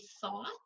thought